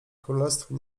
królestwo